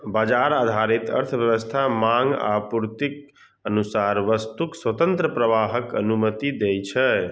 बाजार आधारित अर्थव्यवस्था मांग आ आपूर्तिक अनुसार वस्तुक स्वतंत्र प्रवाहक अनुमति दै छै